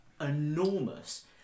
enormous